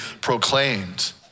proclaimed